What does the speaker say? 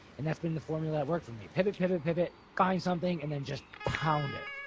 and that's been the formula that worked for me, pivot, pivot, pivot, find something, and then just pound it.